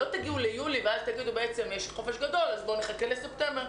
לא תגיעו ליולי ואז תגידו שבעצם יש חופש גדול אז בואו נחכה לספטמבר.